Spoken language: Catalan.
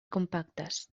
compactes